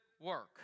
work